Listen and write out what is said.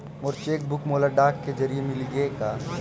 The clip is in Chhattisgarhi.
मोर चेक बुक मोला डाक के जरिए मिलगे हे